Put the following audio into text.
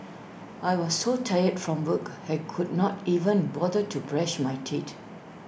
I was so tired from work I could not even bother to brush my teeth